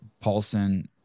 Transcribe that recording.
Paulson